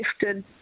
shifted